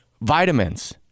vitamins